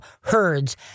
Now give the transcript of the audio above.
herds